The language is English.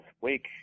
wake